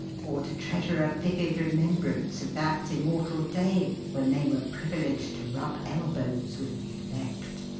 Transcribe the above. or to treasure a vivid remembrance of that immortal day when they were privileged to rub elbows with the elect.